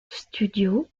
studios